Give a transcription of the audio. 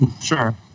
Sure